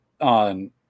On